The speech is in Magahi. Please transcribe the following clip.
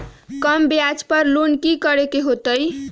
कम ब्याज पर लोन की करे के होतई?